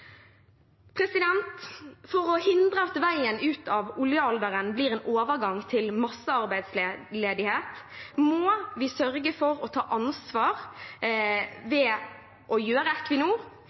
For å hindre at veien ut av oljealderen blir en overgang til massearbeidsledighet, må vi sørge for å ta ansvar ved å gjøre